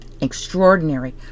extraordinary